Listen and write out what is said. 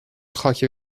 خاکی